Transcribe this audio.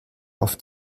auf